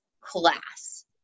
class